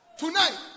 tonight